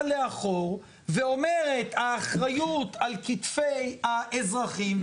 לאחור ואומרת האחריות כל כתפי האזרחים.